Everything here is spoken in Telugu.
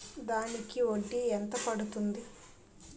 దానికి వడ్డీ ఎంత పడుతుంది?